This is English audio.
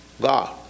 God